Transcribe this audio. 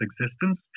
existence